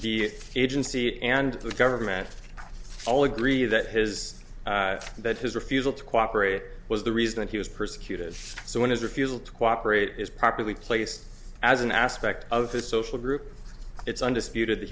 the agency and the government all agree that his that his refusal to cooperate was the reason he was persecuted so when his refusal to cooperate is properly placed as an aspect of his social group it's undisputed th